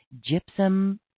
gypsum